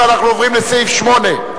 ואנחנו עוברים לסעיף 8,